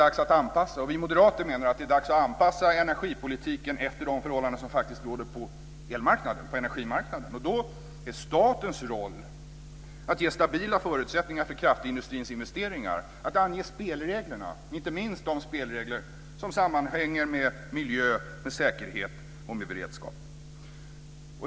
Jag och vi moderater menar att det är dags att anpassa energipolitiken efter de förhållanden som faktiskt råder på elmarknaden, på energimarknaden, och då är statens roll att ge stabila förutsättningar för kraftindustrins investeringar och att ange spelreglerna, inte minst de spelregler som sammanhänger med miljö, säkerhet och beredskap.